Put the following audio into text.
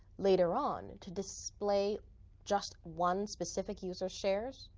later on, to display just one specific user's shares,